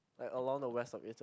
like along the west of Italy